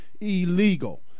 illegal